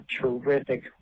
terrific